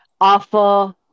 Awful